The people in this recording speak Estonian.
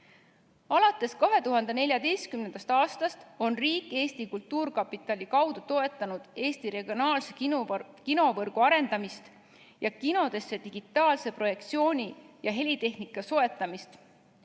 Alates 2014. aastast on riik Eesti Kultuurkapitali kaudu toetanud regionaalse kinovõrgu arendamist ning kinodesse digitaalse projektsiooni ja helitehnika soetamist,